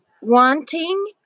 wanting